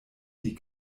die